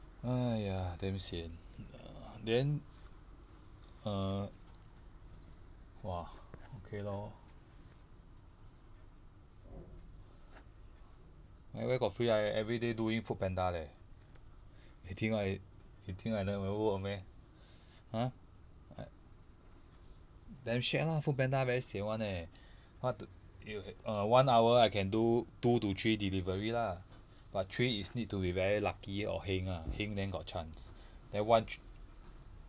!haiya! damn sian then err !wah! okay lor I where got free I everyday doing foodpanda leh you think I you think I never work meh !huh! damn shagged lah foodpanda very sian [one] eh what to you err one hour I can do two to three delivery lah but three is need to be very lucky or heng ah heng then got chance then one tr~